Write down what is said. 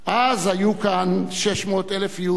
אז היו כאן 600,000 יהודים,